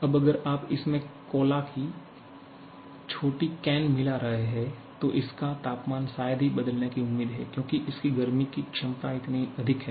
अब अगर आप इसमें कोला की छोटी कैन मिला रहे हैं तो इसका तापमान शायद ही बदलने की उम्मीद है क्योंकि इसकी गर्मी की क्षमता इतनी अधिक है